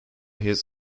his